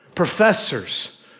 professors